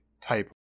type